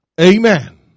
Amen